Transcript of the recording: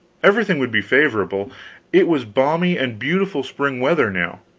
everything would be favorable it was balmy and beautiful spring weather now,